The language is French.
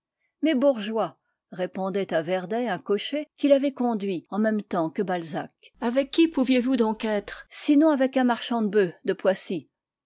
mais bourgeois répondait à werdet un cocher qui l'avait conduit en même temps que balzac avec qui pouviez-vous donc être sinon avec un marchand de bœufs de poissy